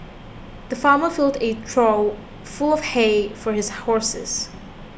the farmer filled a trough full of hay for his horses